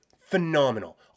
phenomenal